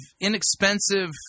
inexpensive